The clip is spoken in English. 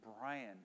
Brian